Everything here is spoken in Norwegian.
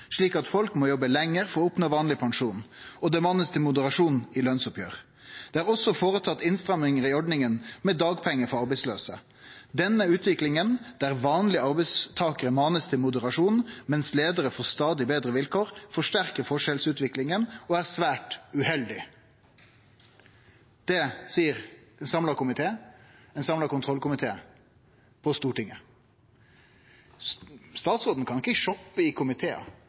slik at folk må jobbe lenger for å oppnå vanlig pensjon, og det manes til moderasjon i lønnsoppgjør. Det er også foretatt innstramminger i ordningen med dagpenger for arbeidsløse. Denne utviklingen, der vanlige arbeidstakere manes til moderasjon, mens ledere får stadig bedre vilkår, forsterker forskjellsutviklingen og er svært uheldig.» Det skriv ein samla kontrollkomité på Stortinget. Statsråden kan ikkje shoppe i komitear. Det einaste statsråden kan